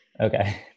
okay